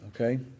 Okay